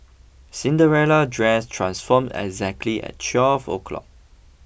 Cinderella dress transformed exactly at twelve o'clock